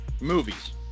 Movies